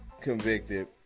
convicted